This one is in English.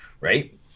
Right